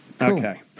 Okay